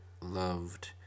loved